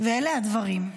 ואלה הדברים: